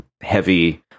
heavy